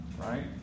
right